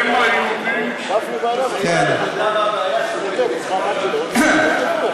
אתה גם חושב שאסור,